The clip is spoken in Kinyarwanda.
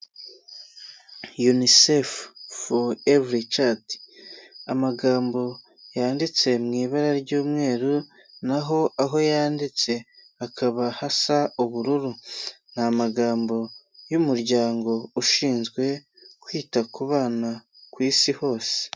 Unicef for every child. Ni amagambo yanditse mu ibara ry'umweru naho aho yanditse hakaba hasa ubururu. Ni amagambo y'umuryango ushinzwe kwita ku bana ku isi hose.